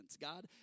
God